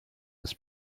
his